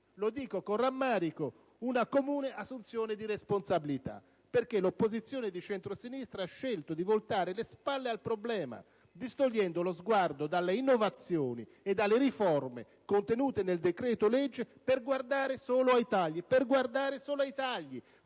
lo dico con rammarico - una comune assunzione di responsabilità. In sostanza, l'opposizione di centrosinistra ha scelto di voltare le spalle al problema, distogliendo lo sguardo dalle innovazioni e dalle riforme contenute nel decreto-legge, per guardare solo ai tagli, come se i tagli